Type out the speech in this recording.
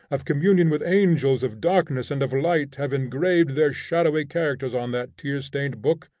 of communion with angels of darkness and of light have engraved their shadowy characters on that tear-stained book.